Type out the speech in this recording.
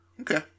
Okay